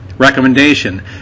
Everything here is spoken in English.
Recommendation